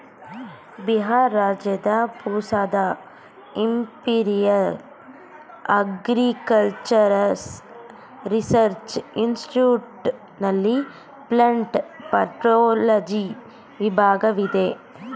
ಬಿಹಾರ್ ರಾಜ್ಯದ ಪೂಸಾದ imperial agricultural research institute ನಲ್ಲಿ ಪ್ಲಂಟ್ ಪತೋಲಜಿ ವಿಭಾಗವಿದೆ